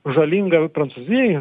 žalinga prancūzijai